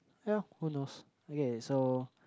ya who knows okay so